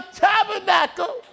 tabernacle